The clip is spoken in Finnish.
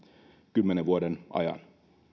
kymmenen vuoden ajan